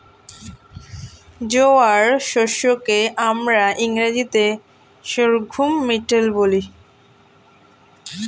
জোয়ার শস্য কে আমরা ইংরেজিতে সর্ঘুম মিলেট বলি